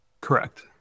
Correct